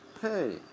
Hey